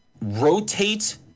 rotate